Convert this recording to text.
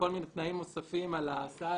חייבים לעדכן גם את ההורים בנקודה הזאת.